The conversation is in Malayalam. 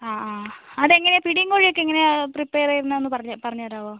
അ അ അതെങ്ങനെയാ പിടിയും കോഴിയും ഒക്കെ എങ്ങനെയാണ് പ്രിപ്പയർ ചെയ്യുന്നത് ഒന്ന് പറഞ്ഞു തരാവോ